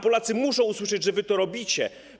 Polacy muszą usłyszeć, że wy to robicie.